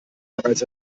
bereits